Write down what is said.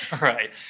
Right